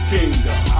Kingdom